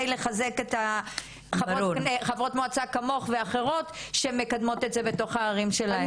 לחזק את חברות המועצה כמוך ואחרות שמקדמות את זה בתוך הערים שלהן.